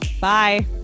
Bye